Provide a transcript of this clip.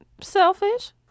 Selfish